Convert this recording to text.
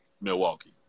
Milwaukee